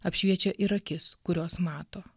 apšviečia ir akis kurios mato